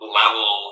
level